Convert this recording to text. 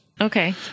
Okay